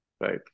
right